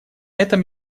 этом